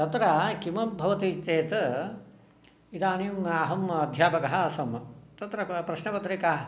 तत्र किमपि भवति चेत् इदानीम् अहम् अध्यापकः आसं तत्र प्रश्नपत्रिका